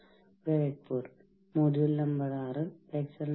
ഇന്ന് നമ്മൾ സംഘടിത തൊഴിലാളികളെ കുറിച്ച് സംസാരിക്കും